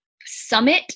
Summit